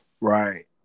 Right